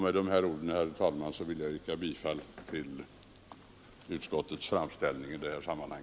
Med dessa ord, herr talman, vill jag yrka bifall till utskottets framställning.